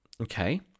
Okay